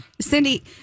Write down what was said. Cindy